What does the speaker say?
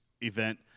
event